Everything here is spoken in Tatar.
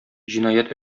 җинаять